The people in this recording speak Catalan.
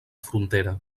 frontera